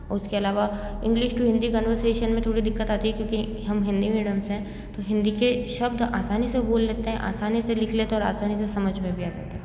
उसके अलावा English to Hindi conversation में थोड़ी दिक्कत आती है क्योंकि हम हिन्दी मीडीयम से हैं तो हिन्दी के शब्द आसानी से बोल लेते हैं आसानी से लिख लेते हैं और आसानी से समझ में भी आ जाते हैं